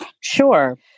Sure